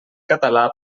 català